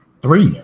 three